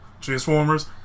Transformers